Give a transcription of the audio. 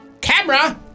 Camera